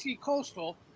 Coastal